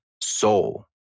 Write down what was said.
Soul